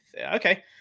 okay